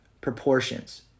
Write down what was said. proportions